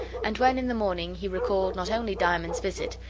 and when in the morning he recalled not only diamond's visit,